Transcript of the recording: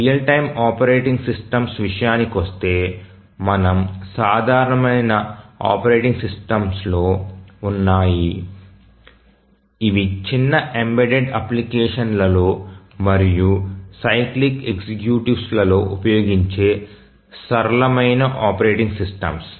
real time operating systems విషయానికొస్తే మనము సాధారణమైన ఆపరేటింగ్ సిస్టమ్స్ లో ఉన్నాము ఇవి చిన్న ఎంబెడెడ్ అప్లికేషన్లలో మరియు సైక్లిక్ ఎగ్జిక్యూటివ్స్లలో ఉపయోగించే సరళమైన ఆపరేటింగ్ సిస్టమ్స్